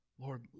Lord